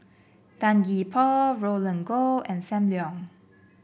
Tan Gee Paw Roland Goh and Sam Leong